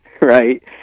Right